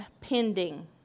pending